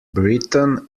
britain